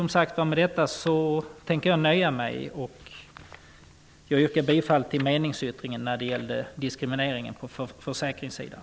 Med detta tänker jag nöja mig, och jag yrkar bifall till meningsyttringen som gäller diskrimineringen på försäkringssidan.